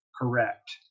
correct